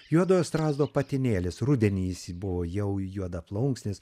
juodojo strazdo patinėlis rudenį jis buvo jau juodaplaukis